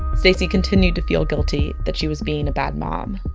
stacie continued to feel guilty that she was being a bad mom.